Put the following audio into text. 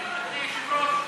אדוני היושב-ראש,